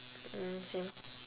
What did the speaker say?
mm same